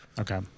Okay